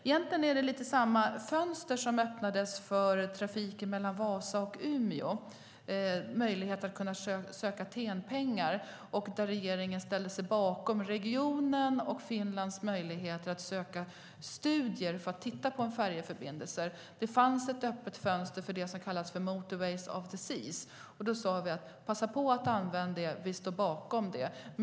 Egentligen är det lite samma fönster som det som öppnades för trafiken mellan Vasa och Umeå, möjlighet att söka TEN-T-pengar. Regeringen ställde sig bakom regionens och Finlands möjligheter att söka studier för att titta på en färjebindelse. Det fanns ett öppet fönster för det som kallas för Motorways of the Seas. Då sade vi: Passa på att använda er av det. Vi står bakom det.